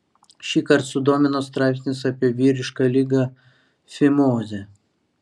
šįkart sudomino straipsnis apie vyrišką ligą fimozę